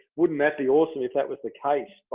wouldn't that be awesome if that was the case? by